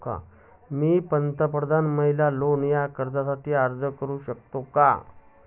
मी प्रधानमंत्री महिला लोन या कर्जासाठी अर्ज करू शकतो का?